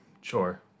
sure